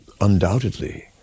undoubtedly